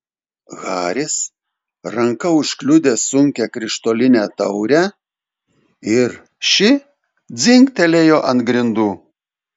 haris ranka užkliudė sunkią krištolinę taurę ir ši dzingtelėjo ant grindų